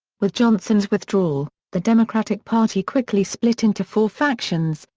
with johnson's withdrawal, the democratic party quickly split into four factions,